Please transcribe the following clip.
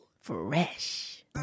Fresh